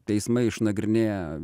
teismai išnagrinėja